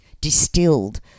distilled